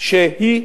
שהיא